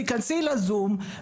תיכנסי לזום,